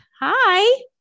Hi